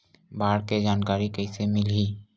बाढ़ के जानकारी कइसे मिलही?